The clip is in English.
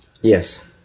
yes